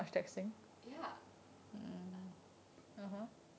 ya